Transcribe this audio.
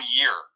year